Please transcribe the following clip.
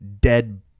dead